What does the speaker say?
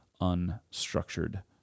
unstructured